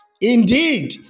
Indeed